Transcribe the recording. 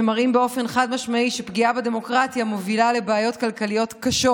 שמראים באופן חד-משמעי שפגיעה בדמוקרטיה מובילה לבעיות כלכליות קשות.